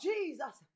Jesus